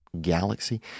galaxy